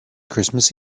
christmas